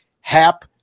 Hap